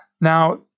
Now